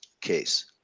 case